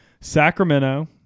Sacramento